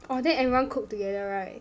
oh then everyone cook together right